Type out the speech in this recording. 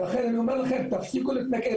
לכן, אני אומר לכם, תפסיקו להתנגד.